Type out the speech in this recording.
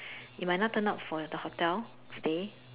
you might not turn up for the hotel stay